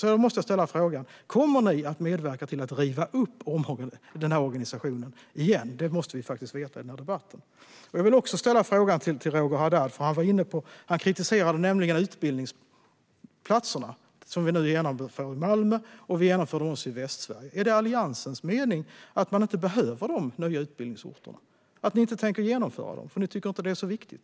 Jag måste ställa frågan: Kommer ni att medverka till att riva upp organisationen igen? Det måste vi faktiskt få veta i den här debatten. Roger Haddad kritiserade de utbildningsplatser som vi nu har fått till stånd i Malmö och i Västsverige. Är det Alliansens mening att de nya utbildningsorterna inte behövs? Ni tänker kanske inte genomföra dessa utbildningar för att ni inte anser att de är så viktiga.